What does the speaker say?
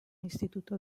instituto